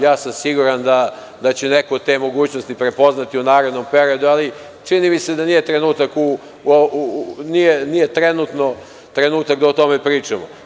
Ja sam siguran da će neko te mogućnosti prepoznati u narednom periodu, ali čini mi se da nije trenutak, nije trenutno trenutak da o tome pričamo.